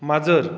माजर